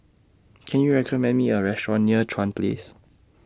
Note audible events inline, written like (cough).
Can YOU recommend Me A Restaurant near Chuan Place (noise)